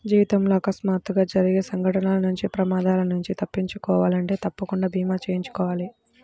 జీవితంలో అకస్మాత్తుగా జరిగే సంఘటనల నుంచి ప్రమాదాల నుంచి తప్పించుకోవాలంటే తప్పకుండా భీమా చేయించుకోవాలి